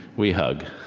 we hug.